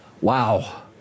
Wow